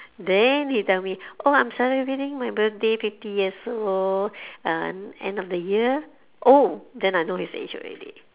then he tell me oh I am celebrating my birthday fifty years old uh end of the year oh then I know his age already